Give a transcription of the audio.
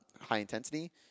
high-intensity